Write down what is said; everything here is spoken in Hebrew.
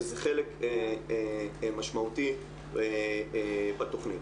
וזה חלק משמעותי בתכנית.